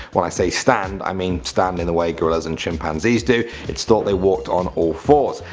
when i say stand, i mean stand in the way gorillas and chimpanzees do its thought they walked on all fours.